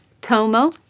Tomo